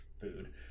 food